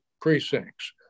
precincts